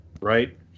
right